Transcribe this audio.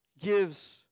gives